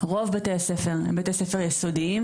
כשרוב בתי הספר איתם אנחנו עובדים הם בתי ספר יסודיים.